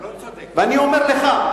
ואני אומר לך,